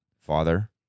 father